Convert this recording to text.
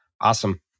Awesome